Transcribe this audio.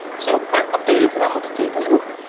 so i update it and i'm going to take a look.